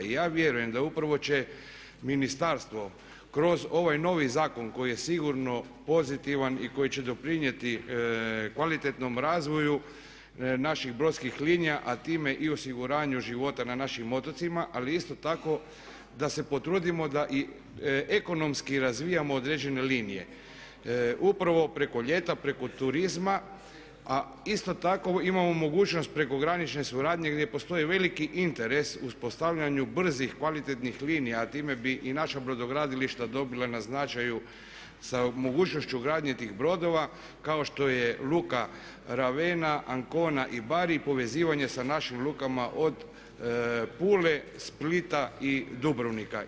I ja vjerujem da upravo će ministarstvo kroz ovaj novi zakon koji je sigurno pozitivan i koji će doprinijeti kvalitetnom razvoju naših brodskih linija, a time i osiguranju života na našim otocima ali isto tako da se potrudimo da i ekonomski razvijamo određene linije upravo preko ljeta, preko turizma, a isto tako imamo mogućnost prekogranične suradnje gdje postoji veliki interes uspostavljanju brzih kvalitetnih linija, a time bi i naša brodogradilišta dobila na značaju sa mogućnošću gradnje tih brodova kao što je luka Ravena, Ancona i Bari i povezivanje sa našim lukama od Pule, Splita i Dubrovnika.